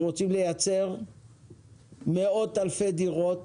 אנחנו רוצים לייצר מאות אלפי דירות